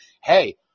hey